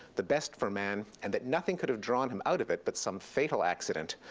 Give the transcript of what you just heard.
the best for man, and that nothing could have drawn him out of it, but some fatal accident,